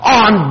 on